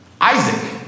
Isaac